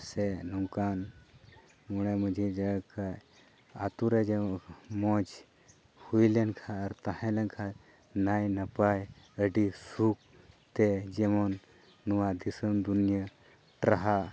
ᱥᱮ ᱱᱚᱝᱠᱟᱱ ᱢᱚᱬᱮ ᱢᱟᱺᱡᱷᱤ ᱡᱟᱦᱮᱨ ᱠᱷᱚᱡ ᱟᱹᱛᱩᱨᱮ ᱡᱮᱢᱚᱱ ᱢᱚᱡᱽ ᱦᱩᱭ ᱞᱮᱱ ᱠᱷᱟᱡ ᱟᱨ ᱛᱟᱦᱮᱸ ᱞᱮᱱᱠᱷᱟᱡ ᱱᱟᱭ ᱱᱟᱯᱟᱭ ᱟᱹᱰᱤ ᱥᱩᱠᱛᱮ ᱡᱮᱢᱚᱱ ᱱᱚᱣᱟ ᱫᱤᱥᱚᱢ ᱫᱩᱱᱤᱭᱟ ᱴᱨᱟᱦᱟ